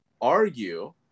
argue